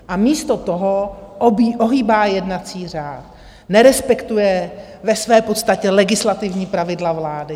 A místo toho ohýbá jednací řád, nerespektuje ve své podstatě legislativní pravidla vlády.